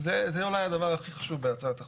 זה אולי הדבר הכי חשוב בהצעת החוק.